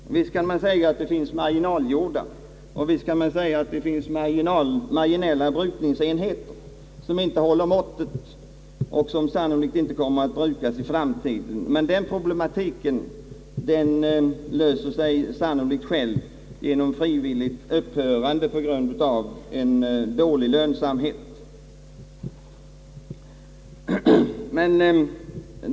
Visst kan det sägas, att det finns marginaljordar, och visst kan det sägas att det finns marginella brukningsenheter, som inte håller måttet och som sannolikt inte kommer att brukas i framtiden. Men den problematiken löser sig sannolikt själv genom frivilligt upphörande på grund av dålig lönsamhet.